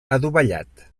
adovellat